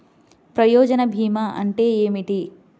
ప్రయోజన భీమా అంటే ఏమిటి?